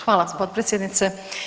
Hvala potpredsjednice.